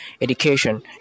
education